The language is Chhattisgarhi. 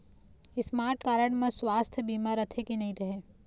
स्मार्ट कारड म सुवास्थ बीमा रथे की नई रहे?